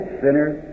sinners